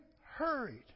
hurried